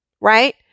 Right